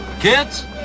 Kids